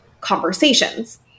conversations